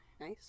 nice